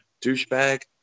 douchebag